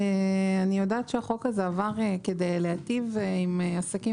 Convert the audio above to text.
אני יודע שהחוק הזה עבר כדי להיטיב עם עסקים